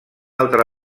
altra